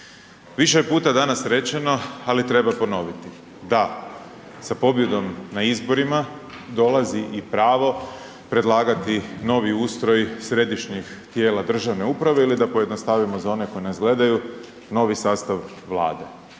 Više puta je danas rečeno, ali treba ponoviti, da, sa pobjedom na izborima dolazi i pravo predlagati novi ustroj središnjih tijela državne uprave ili da pojednostavimo za one koji nas gledaju, novi sastav Vlade,